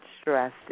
stressed